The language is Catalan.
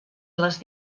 les